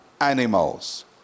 animals